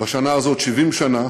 בשנה הזאת, 70 שנה